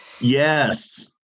Yes